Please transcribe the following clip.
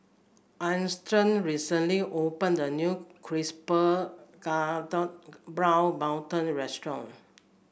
Armstead recently opened a new crisper golden brown mantou restaurant